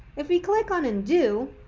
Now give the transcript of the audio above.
if we click on undo,